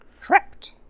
Trapped